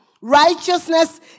Righteousness